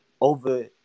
over